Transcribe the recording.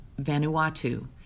Vanuatu